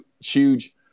huge